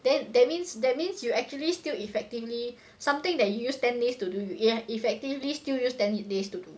then that means that means you actually still effectively something that you use ten days to do you yeah effectively still use ten days to do